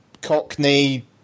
Cockney